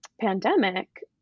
pandemic